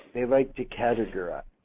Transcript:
they like to categorize,